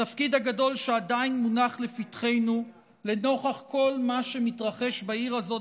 התפקיד הגדול שעדיין מונח לפתחנו לנוכח כל מה שמתרחש בעיר הזאת